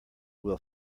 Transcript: will